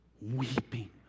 weeping